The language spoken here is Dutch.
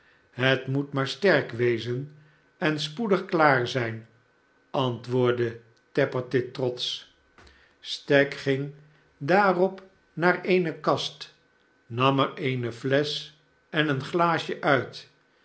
het moet maar sterk wezen en spoedig klaar zijn antwoordde tappertit trotsch stagg ging daarop naar eene kast nam er eene flesch en een glaasje uit